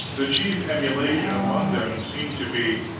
the chief emulation among them seemed to be,